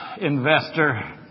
investor